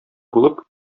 булып